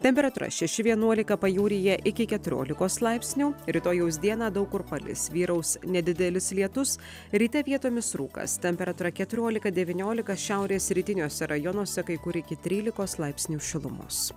temperatūra šeši vienuolika pajūryje iki keturiolikos laipsnių rytojaus dieną daug kur palis vyraus nedidelis lietus ryte vietomis rūkas temperatūra keturiolika devyniolika šiaurės rytiniuose rajonuose kai kur iki trylikos laipsnių šilumos